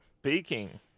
Speaking